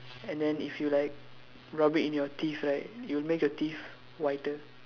and then if you like rub it in your teeth right it'll make your teeth whiter